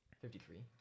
fifty-three